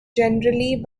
generally